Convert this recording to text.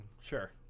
Sure